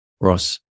Ross